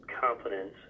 confidence